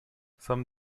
some